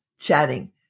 chatting